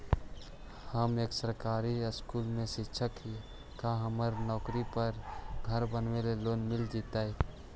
हम एक सरकारी स्कूल में शिक्षक हियै का हमरा नौकरी पर घर बनाबे लोन मिल जितै?